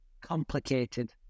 complicated